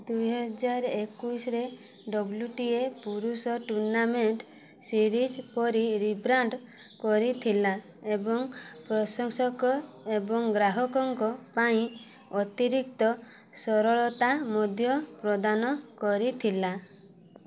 ଦୁଇହାଜର ଏକୋଇଶରେ W T A ପୁରୁଷ ଟୁର୍ନାମେଣ୍ଟ ସିରିଜ୍ ପରି ରିବ୍ରାଣ୍ଡ କରିଥିଲା ଏବଂ ପ୍ରଶଂସକ ଏବଂ ଗ୍ରାହକଙ୍କ ପାଇଁ ଅତିରିକ୍ତ ସରଳତା ମଧ୍ୟ ପ୍ରଦାନ କରିଥିଲା